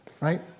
right